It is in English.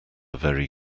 very